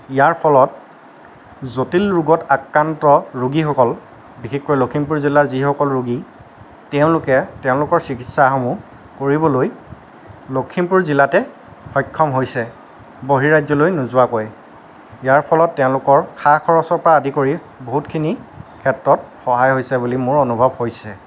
ইয়াৰ ফলত জটিল ৰোগত আক্ৰান্ত ৰোগীসকল বিশেষকৈ লখিমপুৰ জিলাৰ যিসকল ৰোগী তেওঁলোকে তেওঁলোকৰ চিকিৎসাসমূহ কৰিবলৈ লখিমপুৰ জিলাতে সক্ষম হৈছে বহিঃৰাজ্যলৈ নোযোৱাকৈ ইয়াৰ ফলত তেওঁলোকৰ খা খৰচৰ পৰা আদি কৰি বহুতখিনি ক্ষেত্ৰত সহায় হৈছে বুলি মোৰ অনুভৱ হৈছে